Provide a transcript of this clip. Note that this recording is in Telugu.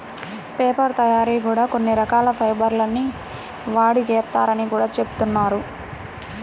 పేపర్ తయ్యారీ కూడా కొన్ని రకాల ఫైబర్ ల్ని వాడి చేత్తారని గూడా జెబుతున్నారు